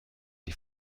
die